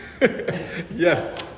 Yes